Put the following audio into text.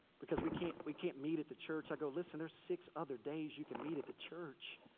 because we can't we can't meet at the church. i go, listen, there's six other days you can meet at the church.